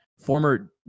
Former